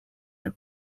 are